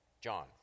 John